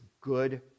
good